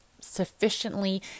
Sufficiently